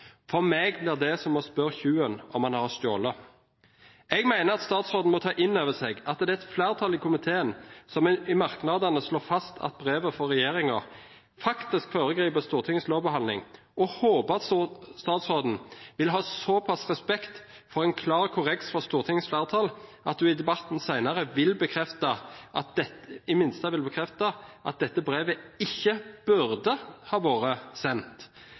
For meg blir det som å spørre tyven om han har stjålet. Jeg mener at statsråden må ta inn over seg at det er et flertall i komiteen som i merknadene slår fast at brevet fra regjeringen faktisk foregriper Stortingets lovbehandling, og håper at statsråden vil ha såpass respekt for en klar korreks fra Stortingets flertall at hun i debatten senere i det minste vil bekrefte at dette brevet ikke burde ha vært sendt.